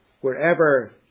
wherever